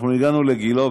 הגענו לגילה,